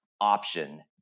option